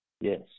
Yes